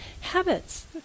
habits